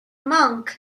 monk